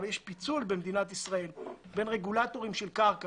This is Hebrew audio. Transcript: פיצול במדינת ישראל בין רגולטורים של קרקע,